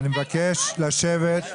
אני מבקש לשבת בשקט.